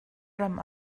ram